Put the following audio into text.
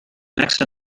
next